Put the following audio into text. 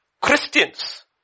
Christians